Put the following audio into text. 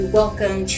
welcome